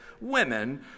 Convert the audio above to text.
women